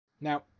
Now